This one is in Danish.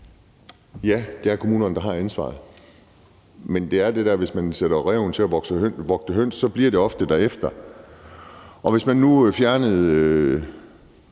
Ja, det er kommunerne, der har ansvaret, men det er det der med, at hvis man sætter ræven til at vogte høns, bliver det ofte derefter. Vi kunne forestille